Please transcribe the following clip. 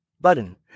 button